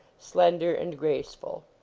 slender and graceful.